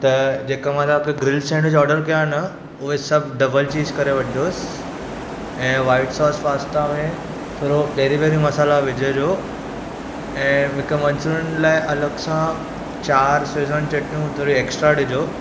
त जेका मां तव्हांखे ग्रिल सेंडविच ओर्डर कयो आहे न उहे सभु डबल चीज़ करे वठिजोसि ऐं व्हाइट सौस पास्ता में थोरो पेरी पेरी मसाल्हा विझिजो ऐं हिकु मंचुरिअन लाइ अलॻि सां चार शेज़वान चटणियूं थोरी एक्सट्रा ॾिजो